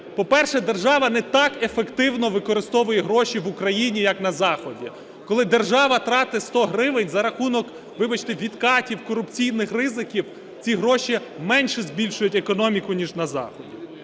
По-перше, держава не так ефективно використовує гроші в Україні, як на Заході, коли держава тратить 100 гривень за рахунок, вибачте, відкатів корупційних ризиків. Ці гроші менше збільшують економіку ніж на Заході.